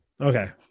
Okay